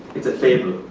it's a fable.